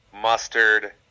mustard